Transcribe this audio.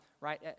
Right